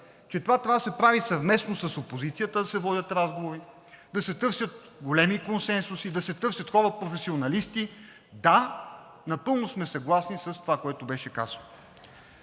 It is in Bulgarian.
че това трябва да се прави съвместно с опозицията – да се водят разговори, да се търсят големи консенсуси, да се търсят хора професионалисти. Да, напълно сме съгласни с това, което беше казано.